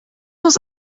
muss